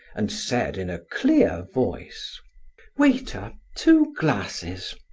and said in a clear voice waiter, two glasses.